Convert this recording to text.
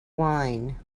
wine